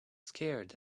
scared